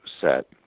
set